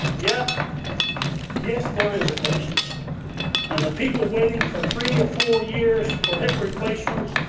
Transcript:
yeah yes, there is a crisis and the people waiting for three or four years for hip replacements,